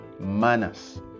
manners